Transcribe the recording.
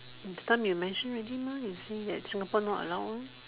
that time you mention already mah you say that Singapore don't allow lor